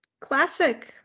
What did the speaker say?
classic